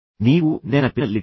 ನೀವು ನೆನಪಿನಲ್ಲಿಟ್ಟುಕೊಳ್ಳಿ